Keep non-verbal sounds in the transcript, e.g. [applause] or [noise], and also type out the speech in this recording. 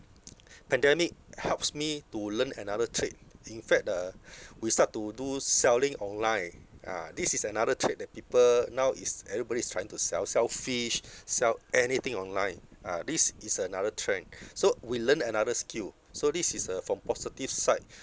[noise] pandemic helps me to learn another trade in fact uh we start to do selling online ah this is another trade that people now is everybody is trying to sell sell fish sell anything online ah this is another trend so we learn another skill so this is a from positive side